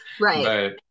right